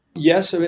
yes. ah